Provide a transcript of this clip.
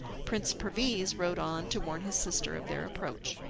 prince perviz rode on to warn his sister of their approach.